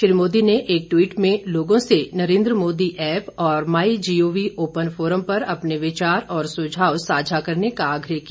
श्री मोदी ने एक ट्वीट में लोगों से नरेन्द्र मोदी ऐप और my G O V open forum पर अपने विचार और सुझाव साझा करने का आग्रह किया